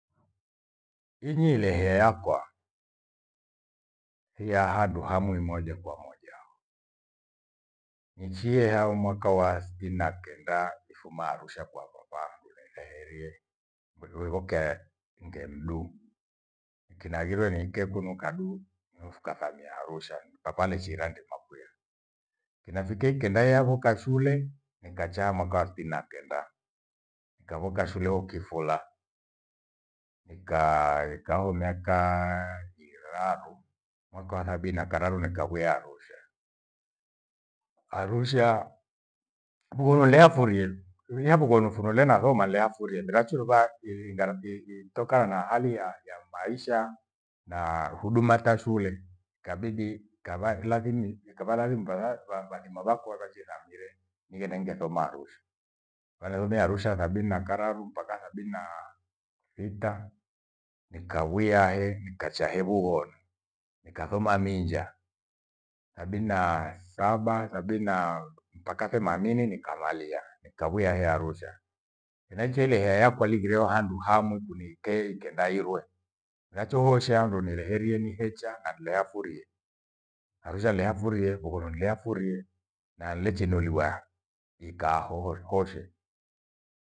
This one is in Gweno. Inyile hea yakwa, hiyahandu hamwi mmoja kwa moja. nichie hao mwaka sitini na kenda ifuma Arusha kwa- kwa vandu naithaharie. Vindu vevokaa nge mdu, kinaghirwe ni ike kunu kadu niofukadhamie Arusha papa nechirandema kuya. Kinafike ikenda yavoka shule nikacha mwaka wa sitini na kenda. Nikavoka shule hoo kifula, nikaa ikahoo miaka iraru. Mwaka wa sabini nakararu nikawia Arusha. Arusha, vughono liafurie hiya vughonu fundelo nasoma nilehafurie mirachu luva itokana na hali ya maisha na huduma ta shule, ikabidi nikavaa kila kinyi nikavara kazi mndu avaa va- vanivamavakua kanjitha amire, nighende ningesoma Arusha. Vanarume Arusha sabini na kararu mpaka sabini na thita nikawiha hee! nikacha he vughonu. Nikasoma minja sabiní na saba, sabinaa, mpaka themanini nikamalia mikawia hee Arusha. Henaicho ilehea ya kweli kireo handu hamwi kuniitei kenda irwe mirachooshea handu nireherie ni hecha handu leafurie. Arusha nireafurie, vughonu nileafurie na nilechinuliwa ikaa hori- khoshe.